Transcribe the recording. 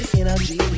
energy